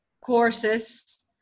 courses